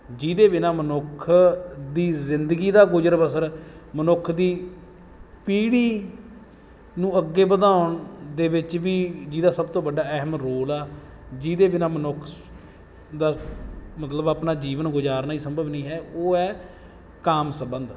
ਜਿਹਦੇ ਬਿਨਾ ਮਨੁੱਖ ਦੀ ਜ਼ਿੰਦਗੀ ਦਾ ਗੁਜ਼ਰ ਬਸਰ ਮਨੁੱਖ ਦੀ ਪੀੜ੍ਹੀ ਨੂੰ ਅੱਗੇ ਵਧਾਉਣ ਦੇ ਵਿੱਚ ਵੀ ਜਿਹਦਾ ਸਭ ਤੋਂ ਵੱਡਾ ਅਹਿਮ ਰੋਲ ਆ ਜਿਹਦੇ ਬਿਨਾ ਮਨੁੱਖ ਦਾ ਮਤਲਬ ਆਪਣਾ ਜੀਵਨ ਗੁਜ਼ਾਰਨਾ ਹੀ ਸੰਭਵ ਨਹੀਂ ਹੈ ਉਹ ਹੈ ਕਾਮ ਸੰਬੰਧ